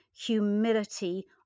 humility